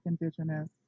indigenous